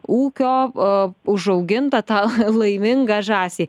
ūkio a užaugintą tą lai laimingą žąsį